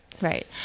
Right